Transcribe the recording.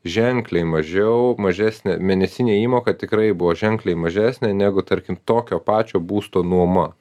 ženkliai mažiau mažesnė mėnesinė įmoka tikrai buvo ženkliai mažesnė negu tarkim tokio pačio būsto nuoma